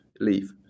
leave